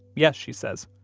yes, she says.